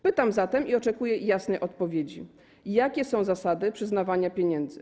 Pytam zatem i oczekuję jasnej odpowiedzi: Jakie są zasady przyznawania pieniędzy?